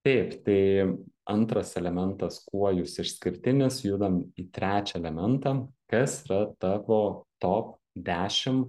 taip tai antras elementas kuo jūs išskirtinis judam į trečią elementą kas yra tavo top dešim